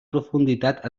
profunditat